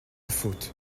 faute